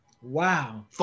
Wow